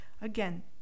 Again